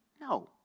No